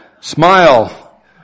Smile